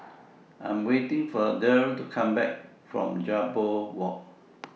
I Am waiting For Derl to Come Back from Jambol Walk